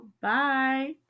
Bye